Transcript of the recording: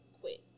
quit